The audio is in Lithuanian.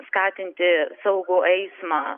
skatinti saugų eismą